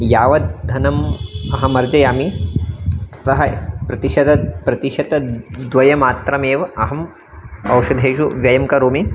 यावत् धनम् अहम् अर्जयामि सः प्रतिशद प्रतिशतद्वयमात्रमेव अहम् औषधेषु व्ययं करोमि